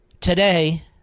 Today